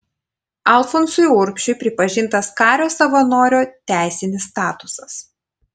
alfonsui urbšiui pripažintas kario savanorio teisinis statusas